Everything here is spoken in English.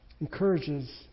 encourages